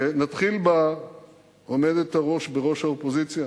ונתחיל בעומדת בראש האופוזיציה.